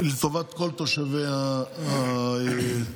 לטובת כל תושבי היישוב.